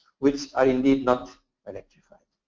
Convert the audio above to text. which are indeed not electrified.